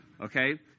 okay